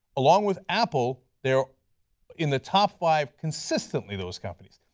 along with apple, they are in the top five consistently, those companies.